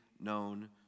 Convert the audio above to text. known